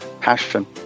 passion